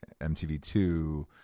MTV2